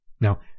Now